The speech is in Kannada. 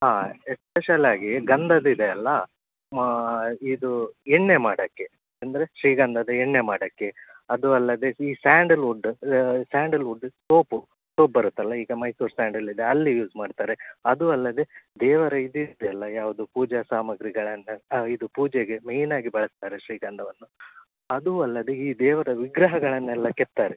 ಹಾಂ ಎಸ್ಪೇಶಲ್ಲಾಗಿ ಗಂಧದ್ದು ಇದೆ ಅಲ್ಲ ಇದು ಎಣ್ಣೆ ಮಾಡೋಕ್ಕೆ ಅಂದರೆ ಶ್ರೀಗಂಧದ ಎಣ್ಣೆ ಮಾಡೋಕ್ಕೆ ಅದೂ ಅಲ್ಲದೆ ಈ ಸ್ಯಾಂಡಲ್ವುಡ್ ಸ್ಯಾಂಡಲ್ವುಡ್ ಸೋಪು ಸೋಪ್ ಬರುತ್ತಲ್ಲ ಈಗ ಮೈಸೂರ್ ಸ್ಯಾಂಡಲ್ ಇದೆ ಅಲ್ಲಿ ಯೂಸ್ ಮಾಡ್ತಾರೆ ಅದೂ ಅಲ್ಲದೆ ದೇವರ ಇದು ಇದೆಯಲ್ಲ ಯಾವುದು ಪೂಜಾ ಸಾಮಗ್ರಿಗಳನ್ನು ಇದು ಪೂಜೆಗೆ ಮೇಯ್ನಾಗಿ ಬಳಸ್ತಾರೆ ಶ್ರೀಗಂಧವನ್ನು ಅದೂ ಅಲ್ಲದೆ ಈ ದೇವರ ವಿಗ್ರಹಗಳನ್ನೆಲ್ಲ ಕೆತ್ತಾರೆ